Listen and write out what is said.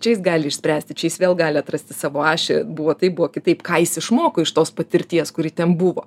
čia jis gali išspręsti čia jis vėl gali atrasti savo ašį buvo taip buvo kitaip ką jis išmoko iš tos patirties kuri ten buvo